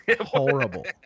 horrible